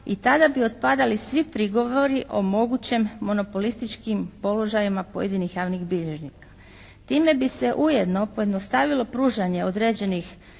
i tada bi otpadali svi prigovori o mogućem monopolističkim položajima pojedinih javnih bilježnika. Time bi se ujedno pojednostavilo pružanje određenih